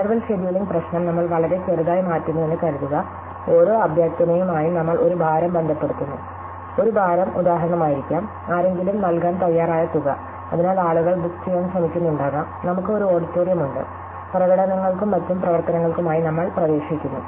interval scheduling പ്രശ്നം നമ്മൾ വളരെ ചെറുതായി മാറ്റുന്നുവെന്ന് കരുതുക ഓരോ അഭ്യർത്ഥനയുമായും നമ്മൾ ഒരു ഭാരം ബന്ധപ്പെടുത്തുന്നു ഒരു ഭാരം ഉദാഹരണമായിരിക്കാം ആരെങ്കിലും നൽകാൻ തയ്യാറായ തുക അതിനാൽ ആളുകൾ ബുക്ക് ചെയ്യാൻ ശ്രമിക്കുന്നുണ്ടാകാം നമുക്ക് ഒരു ഓഡിറ്റോറിയം ഉണ്ട് പ്രകടനങ്ങൾക്കും മറ്റ് പ്രവർത്തനങ്ങൾക്കുമായി നമ്മൾ പ്രവേശിക്കുന്നു